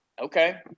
Okay